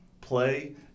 play